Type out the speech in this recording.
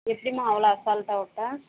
எப்படிமா அவ்வளோ அசால்ட்டாக விட்ட